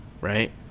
right